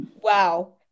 Wow